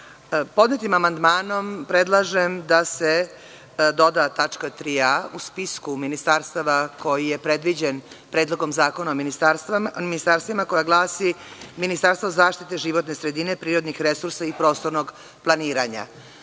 amandmanom predlažem da se doda tačka 3a u spisku ministarstava koji je predviđen Predlogom zakona o ministarstvima, koja glasi: „Ministarstvo zaštite životne sredine, prirodnih resursa i prostornog